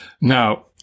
Now